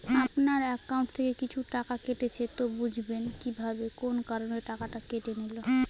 আপনার একাউন্ট থেকে কিছু টাকা কেটেছে তো বুঝবেন কিভাবে কোন কারণে টাকাটা কেটে নিল?